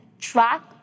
track